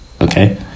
okay